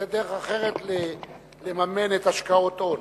זו דרך אחרת לממן את השקעות הון.